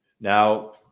Now